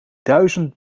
duizend